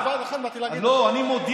אני לא ידעתי